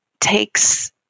takes